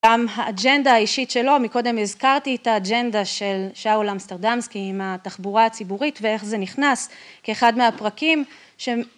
גם האג'נדה האישית שלו, מקודם הזכרתי את האג'נדה של שאול אמסטרדמסקי עם התחבורה הציבורית ואיך זה נכנס כאחד מהפרקים.